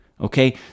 okay